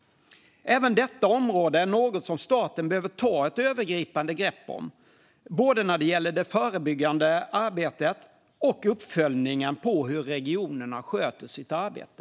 Även detta område är något som staten behöver ta ett övergripande grepp om, både när det gäller det förebyggande arbetet och uppföljningen av hur regionerna sköter sitt åtagande.